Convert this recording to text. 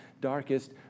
darkest